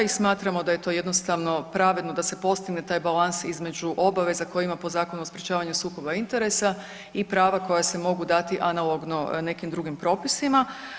I smatramo da je to jednostavno pravedno da se postigne taj balans između obaveza koje ima po Zakonu o sprječavanju sukoba interesa i prava koja se mogu dati analogno nekim drugim propisima.